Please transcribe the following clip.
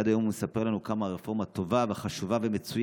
עד היום הוא מספר לנו עד כמה הרפורמה טובה וחשובה ומצוינת,